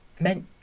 meant